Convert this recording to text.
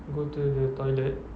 go to the toilet